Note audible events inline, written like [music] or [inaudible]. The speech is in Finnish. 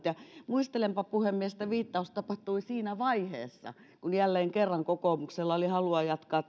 [unintelligible] ja muistelenpa puhemies että viittaus tapahtui siinä vaiheessa kun jälleen kerran kokoomuksella oli halua jatkaa [unintelligible]